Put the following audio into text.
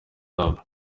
love